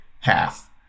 half